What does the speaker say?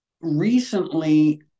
recently